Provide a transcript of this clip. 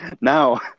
Now